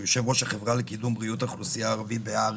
שהוא יושב-ראש החברה לקידום בריאות האוכלוסייה הערבית בהר"י.